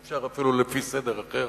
ואפשר אפילו לפי סדר אחר.